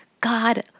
God